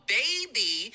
baby